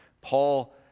Paul